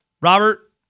Robert